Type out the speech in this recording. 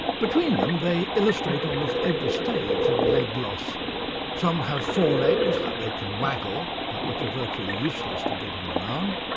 between them they illustrate almost every stage of leg some have four legs that they can waggle but which are virtually useless for getting around,